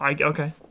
Okay